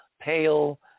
pale